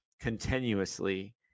continuously